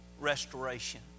restoration